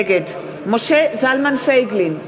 נגד משה זלמן פייגלין,